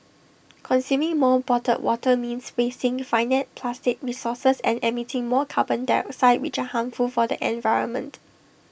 consuming more bottled water means wasting finite plastic resources and emitting more carbon dioxide which are harmful for the environment